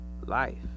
life